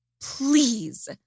please